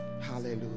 Hallelujah